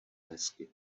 hezky